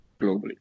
globally